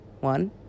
One